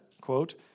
quote